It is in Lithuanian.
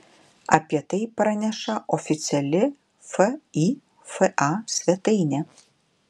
apie tai praneša oficiali fifa svetainė